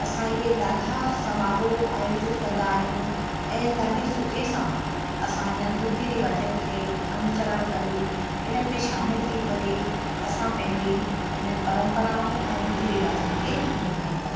असां इहे ॾाढा समारोह आयोजित कंदा आहियूं ऐं ॾाढी सुठे सां असां हिननि रीति रिवाज़नि खे अनुसरण करे इन्हनि में शामिल थी करे असां पंहिंजे इन्हनि परंपराउन ऐं रीति रिवाज़नि खे निभाईंदा आहियूं